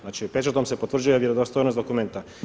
Znači pečatom se potvrđuje vjerodostojnost dokumenta.